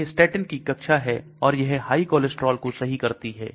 यह Statin की कक्षा है और यह हाई कोलेस्ट्रॉल को सही करती है